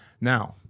Now